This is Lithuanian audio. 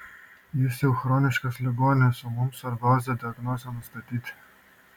jis jau chroniškas ligonis o mums svarbiausia diagnozę nustatyti